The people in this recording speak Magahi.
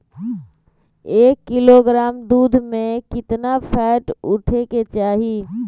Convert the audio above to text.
एक किलोग्राम दूध में केतना फैट उठे के चाही?